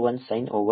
57 x fxt0